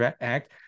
Act